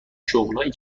شغلهایی